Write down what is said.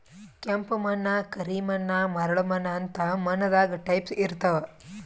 ಕೆಂಪ್ ಮಣ್ಣ್, ಕರಿ ಮಣ್ಣ್, ಮರಳ್ ಮಣ್ಣ್ ಅಂತ್ ಮಣ್ಣ್ ದಾಗ್ ಟೈಪ್ಸ್ ಇರ್ತವ್